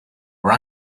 were